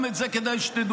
גם את זה כדאי שתדעו.